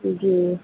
جی